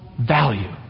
value